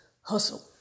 hustle